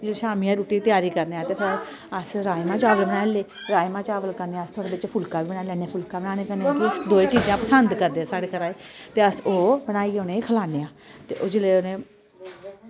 जिल्लै शाम्मी आह्ली रुट्टी दी त्यारी करने आं ते फिर अस राजमां चावल बनाई ले ते राजमां चावल कन्नै अस थोह्ड़े बिच फुल्का बी बनाई लैने ते फुल्के बनाने कन्नै किश दो चीजां पसंद करदे साढ़े घर आह्ले ते अस ओह् बनाइयै उनेंगी खलान्ने आं आं ते ओह् जेल्लै उनें